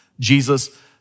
Jesus